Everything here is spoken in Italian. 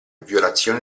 violazione